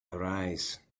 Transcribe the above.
arise